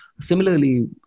Similarly